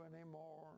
anymore